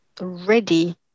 Ready